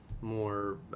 more